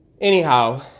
anyhow